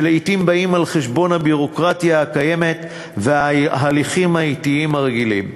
שלעתים באים על חשבון הביורוקרטיה הקיימת וההליכים האטיים הרגילים.